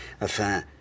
afin